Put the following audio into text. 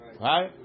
right